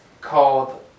called